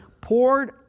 poured